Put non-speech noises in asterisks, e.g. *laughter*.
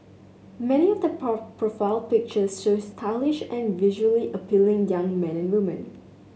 many of the *unintelligible* profile pictures show stylish and visually appealing young man and woman